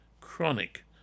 chronic